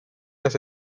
las